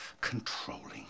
controlling